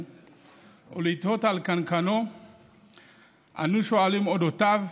ולתהות על קנקנו אנו שואלים על אודותיו,